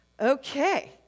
Okay